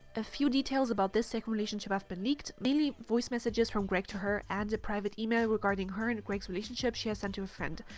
a few details about this second relationship have been leaked, mainly voice messages from greg to her and a private email regarding her and gregs relationship she had sent to a friend,